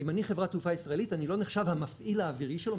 אם אני חברת תעופה ישראלית אני לא נחשב המפעיל האווירי שלו,